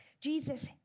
Jesus